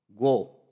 Go